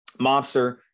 Mobster